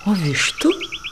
o vištų